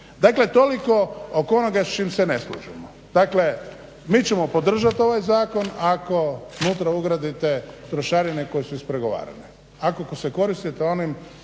Dakle, toliko oko onoga s čim se ne slažemo. Dakle, mi ćemo podržati ovaj zakon ako unutra ugradite trošarine koje su ispregovarane. Ako se koristite onim